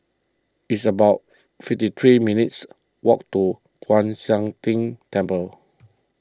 it's about fifty three minutes' walk to Kwan Siang Tng Temple